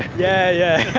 yeah yeah,